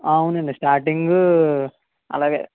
అవునండి స్టార్టింగ్ అలాగే